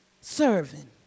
serving